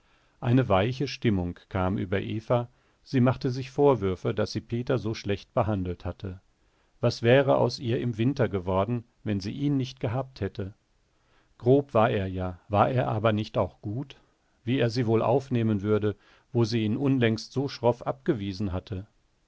eine weiche stimmung kam über eva sie machte sich vorwürfe daß sie peter so schlecht behandelt hatte was wäre aus ihr im winter geworden wenn sie ihn nicht gehabt hätte grob war er ja war er aber nicht auch gut wie er sie wohl aufnehmen würde wo sie ihn unlängst so schroff abgewiesen hatte